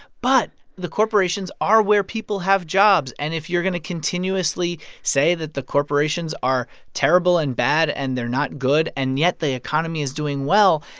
but the corporations are where people have jobs. and if you're going to continuously say that the corporations are terrible and bad and they're not good, and yet the economy is doing well,